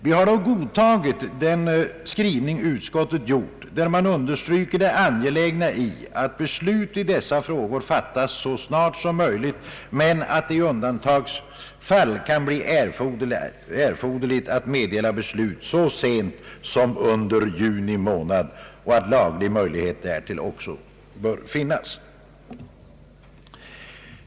Vi har dock godtagit den skrivning utskottet gjort, där man understryker det angelägna i att beslut i dessa frågor fattas så snart som möjligt, men att det i undantagsfall kan bli erforderligt att meddela beslut så sent som under juni månad 1970 och att laglig möjlighet därtill därför bör finnas.